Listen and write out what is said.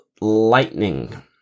lightning